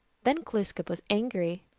then glooskap was angry.